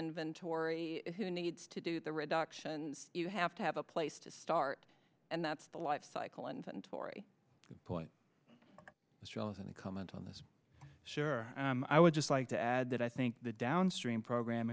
inventory who needs to do the reduction you have to have a place to start and that's the life cycle and tori point is valid any comment on this sure i would just like to add that i think the downstream program